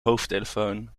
hoofdtelefoon